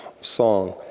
song